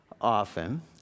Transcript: often